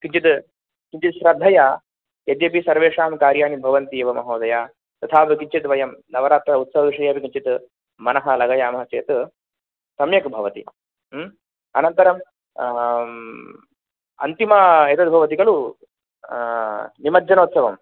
किञ्चित् किञ्चित् श्रद्धया यद्यपि सर्वेषां कार्याणि भवन्ति एव महोदय तथापि किञ्चित् वयं नवरात्र उत्सवविषये अपि किञ्चित् मनः लगामः चेत् सम्यक् भवति अनन्तरं अन्तिमा एतद् भवति खलु निमज्जनोत्सवम्